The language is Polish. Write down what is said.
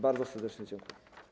Bardzo serdecznie dziękuję.